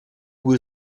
will